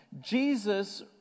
Jesus